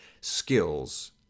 skills